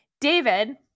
David